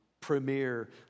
premier